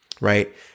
right